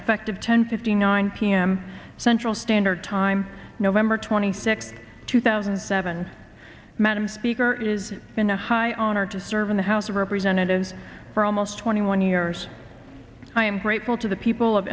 effective ten fifty nine p m central standard time november twenty sixth two thousand and seven madam speaker is in a high honor to serve in the house of representatives for almost twenty one years i am grateful to the people of